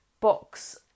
box